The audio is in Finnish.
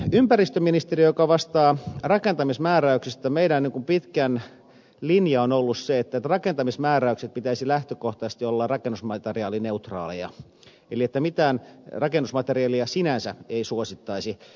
ympäristöministeriön joka vastaa rakentamismääräyksistä linja on pitkään ollut se että rakentamismääräysten pitäisi lähtökohtaisesti olla rakennusmateriaalineutraaleja eli että mitään rakennusmateriaalia sinänsä ei suosittaisi